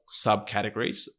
subcategories